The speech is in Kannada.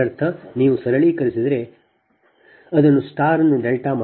ಇದರರ್ಥ ನೀವು ಸರಳೀಕರಿಸಿದರೆ ಅದನ್ನು ಸ್ಟಾರ್ ನ್ನು ಡೆಲ್ಟಾ ಮಾಡಿ